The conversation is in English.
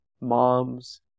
moms